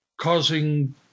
causing